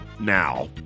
now